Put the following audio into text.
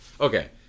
okay